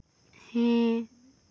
ᱦᱮᱸ